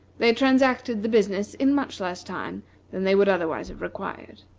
they transacted the business in much less time than they would otherwise have required.